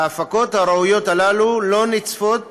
וההפקות הראויות האלה לא נצפות